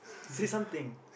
say something